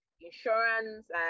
insurance